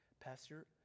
Pastor